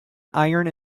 iron